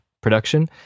production